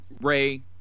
Ray